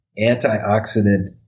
antioxidant